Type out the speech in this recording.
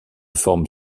forme